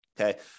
okay